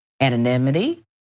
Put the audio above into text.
anonymity